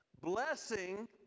blessing